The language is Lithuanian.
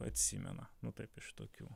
atsimena nu taip iš tokių